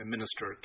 Minister